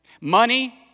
Money